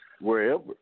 wherever